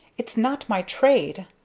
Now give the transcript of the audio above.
it's not my trade!